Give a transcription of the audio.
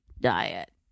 diet